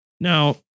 Now